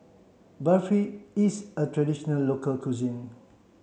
Barfi is a traditional local cuisine